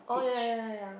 oh yeah yeah yeah yeah